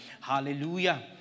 Hallelujah